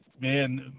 man